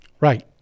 Right